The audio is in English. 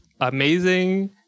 amazing